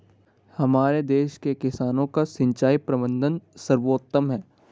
हमारे देश के किसानों का सिंचाई प्रबंधन सर्वोत्तम है